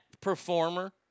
performer